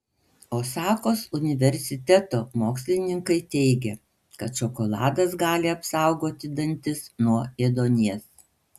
osakos universiteto mokslininkai teigia kad šokoladas gali apsaugoti dantis nuo ėduonies